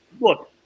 look